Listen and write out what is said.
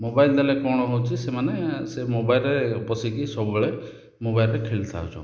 mobile ଦେଲେ କ'ଣ ହେଉଛି ସେମାନେ ସେ ମୋବାଇଲରେ ପଶିକି ସବୁବେଳେ ମୋବାଇଲରେ ଖେଳି ଥାଉଛନ୍ତି